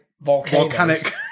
volcanic